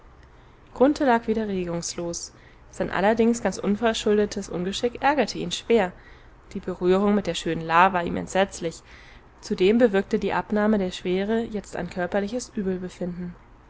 grunthe lag wieder regungslos sein allerdings ganz unverschuldetes ungeschick ärgerte ihn schwer die berührung mit der schönen la war ihm entsetzlich zudem bewirkte die abnahme der schwere jetzt ein körperliches übelbefinden